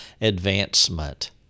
advancement